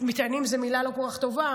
מטענים זו מילה לא כל כך טובה,